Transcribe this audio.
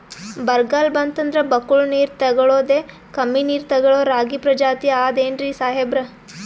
ಬರ್ಗಾಲ್ ಬಂತಂದ್ರ ಬಕ್ಕುಳ ನೀರ್ ತೆಗಳೋದೆ, ಕಮ್ಮಿ ನೀರ್ ತೆಗಳೋ ರಾಗಿ ಪ್ರಜಾತಿ ಆದ್ ಏನ್ರಿ ಸಾಹೇಬ್ರ?